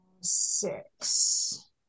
six